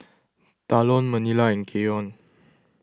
Talon Manilla and Keion